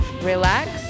relax